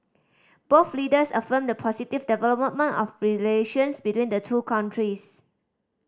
both leaders affirmed the positive development of relations between the two countries